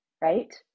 right